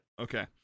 Okay